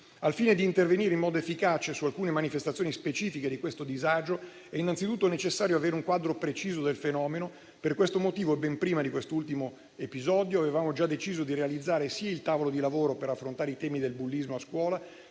Al fine di intervenire in modo efficace su alcune manifestazioni specifiche di questo disagio, è innanzitutto necessario avere un quadro preciso del fenomeno. Per questo motivo, ben prima di quest'ultimo episodio, avevamo già deciso di realizzare sia il tavolo di lavoro per affrontare i temi del bullismo a scuola,